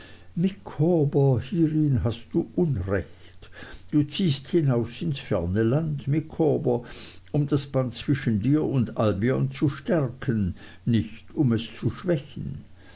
micawber hierin hast du unrecht du ziehst hinaus ins ferne land micawber um das band zwischen dir und albion zu stärken nicht um es zu schwächen